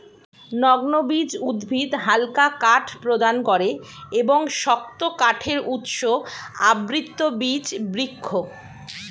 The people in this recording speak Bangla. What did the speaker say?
নগ্নবীজ উদ্ভিদ হালকা কাঠ প্রদান করে এবং শক্ত কাঠের উৎস আবৃতবীজ বৃক্ষ